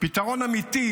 פתרון אמיתי,